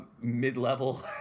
mid-level